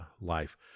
life